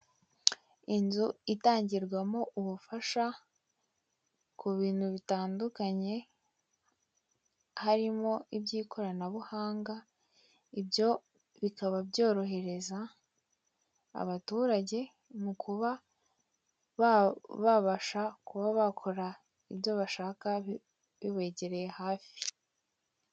Inzu itangirwamo ubufasha ku bintu bitandukanye harimo iby'ikoranabuhanga, ibyo bikaba byorohereza abaturage mu kuba babasha kuba bakora ibyo bashaka bibegereye hafi.